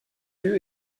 lieu